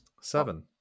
Seven